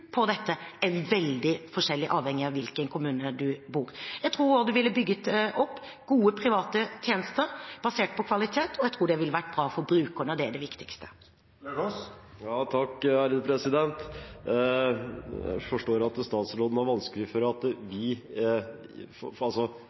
dette er veldig forskjellig avhengig av hvilken kommune man bor i. Jeg tror også det ville bygget opp gode private tjenester basert på kvalitet. Jeg tror det ville vært bra for brukerne, og det er det viktigste. Jeg forstår at statsråden har vanskeligheter med at